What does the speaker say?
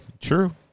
True